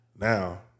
Now